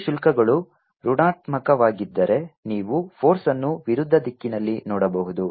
ಎರಡು ಶುಲ್ಕಗಳು ಋಣಾತ್ಮಕವಾಗಿದ್ದರೆ ನೀವು ಫೋರ್ಸ್ಅನ್ನು ವಿರುದ್ಧ ದಿಕ್ಕಿನಲ್ಲಿ ನೋಡಬಹುದು